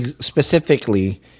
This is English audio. specifically